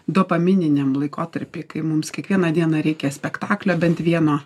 dopamininiam laikotarpį kai mums kiekvieną dieną reikia spektaklio bent vieno